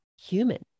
human